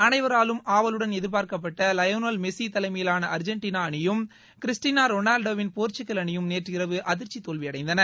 அனைவராலும் ஆவலுடன் எதிர்பார்க்கப்பட்ட லயோனல் மெஸி தலையிவான அர்ஜென்டினா அணியும் கிறிஸ்டினா ரொனோல்டோவின் போர்ச்சுகல் அணியும் நேற்றிரவு அதிர்ச்சி தோல்வியடைந்தன